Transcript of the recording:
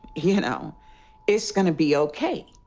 you know, it's gonna be ok.